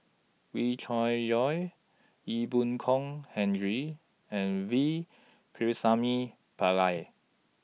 Wee Cho Yaw Ee Boon Kong Henry and V Pakirisamy Pillai